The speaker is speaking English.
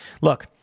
Look